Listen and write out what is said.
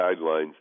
guidelines